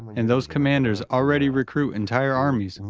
and those commanders already recruit entire armies. and